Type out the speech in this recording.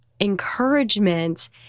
encouragement